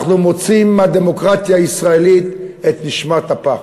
אנחנו מוציאים מהדמוקרטיה הישראלית את נשמת אפה,